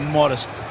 modest